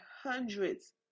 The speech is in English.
hundreds